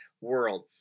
world